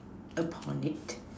upon it